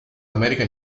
america